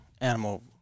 animal